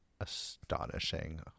astonishing